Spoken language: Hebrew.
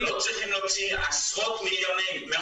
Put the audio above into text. לא צריך להוציא עשרות מיליוני שקלים,